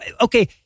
okay